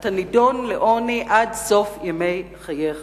אתה נידון לעוני עד סוף ימי חייך.